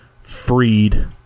freed